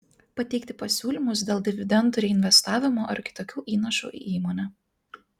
pateikti pasiūlymus dėl dividendų reinvestavimo ar kitokių įnašų į įmonę